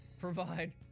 Provide